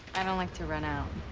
i don't like to run out.